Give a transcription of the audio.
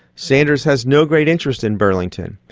sanders has no great interest in burlington.